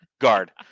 guard